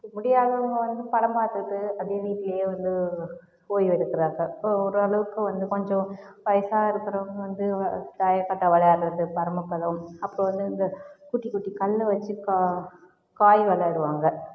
முடியாதவங்க வந்து படம் பார்த்துட்டு டிவிலேயே வந்து ஓய்வெடுக்குறாங்க ஓரளவுக்கு வந்து கொஞ்சம் வயசானதுக்கு அப்புறம் வந்து தாயக்கட்டை விளையாடுறது பரமபதம் அப்புறம் வந்து இந்த குட்டி குட்டி கல் வச்சு கா காய் விளையாடுவாங்க